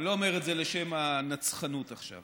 אני לא אומר את זה לשם הנצחנות עכשיו.